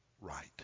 right